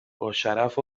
باشرف